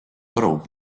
aru